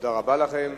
תודה רבה לכם.